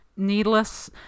needless